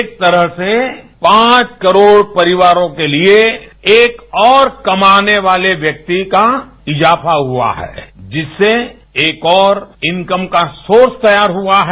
एक तरह से पांच करोड़ परिवारों के लिए एक और कमाने वाले व्यक्ति का इजाफा हुआ है जिससे एक और इनकम का सोर्स तैयार हुआ है